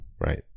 right